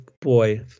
Boy